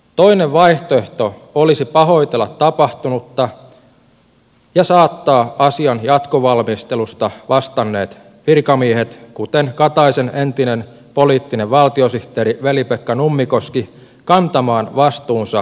toinen vaihtoehto olisi pahoitella tapahtunutta ja saattaa asian jatkovalmistelusta vastanneet virkamiehet kuten kataisen entinen poliittinen valtiosihteeri velipekka nummikoski kantamaan vastuunsa selkeällä tavalla